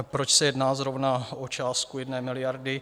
Proč se jedná zrovna o částku jedné miliardy?